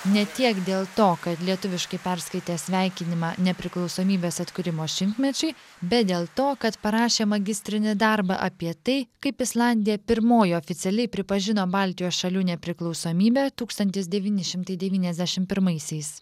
ne tiek dėl to kad lietuviškai perskaitė sveikinimą nepriklausomybės atkūrimo šimtmečiui bet dėl to kad parašė magistrinį darbą apie tai kaip islandija pirmoji oficialiai pripažino baltijos šalių nepriklausomybę tūkstantis devyni šimtai devyniasdešimt pirmaisiais